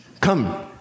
Come